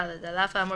(ד)על אף האמור